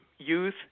youth